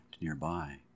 nearby